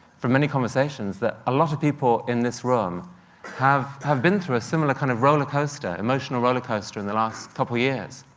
from many conversations, that a lot people in this room have have been through a similar kind of rollercoaster emotional rollercoaster in the last couple years.